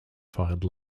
fired